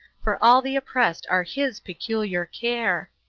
for all the oppressed are his peculiar care.